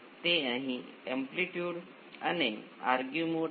તેથી તમારી પાસે શ્રેણીમાં એક જ રેઝિસ્ટર ઇન્ડક્ટર અને કેપેસિટર છે